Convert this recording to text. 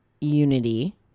unity